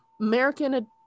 American